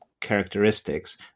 characteristics